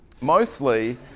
mostly